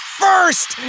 first